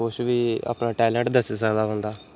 कुछ बी अपना टैलेंट दस्सी सकदा बंदा